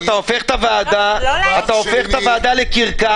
אתה הופך את הוועדה לקרקס,